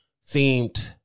seemed